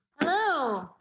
Hello